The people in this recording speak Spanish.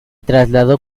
trasladó